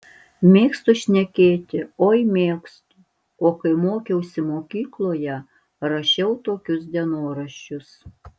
mėgstu šnekėti oi mėgstu o kai mokiausi mokykloje rašiau tokius dienoraščius